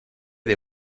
del